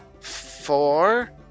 four